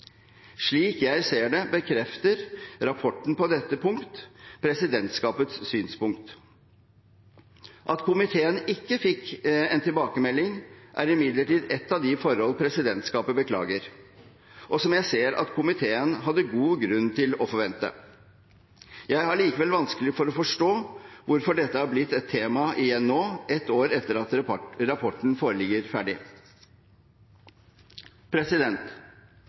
Slik jeg ser det, bekrefter rapporten på dette punkt presidentskapets synspunkt. At komiteen ikke fikk en tilbakemelding, er imidlertid ett av de forhold presidentskapet beklager, og som jeg ser at komiteen hadde god grunn til å forvente. Jeg har likevel vanskelig for å forstå hvorfor dette har blitt et tema igjen nå, ett år etter at rapporten forelå ferdig.